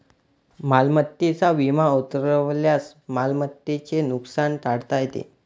मालमत्तेचा विमा उतरवल्यास मालमत्तेचे नुकसान टाळता येते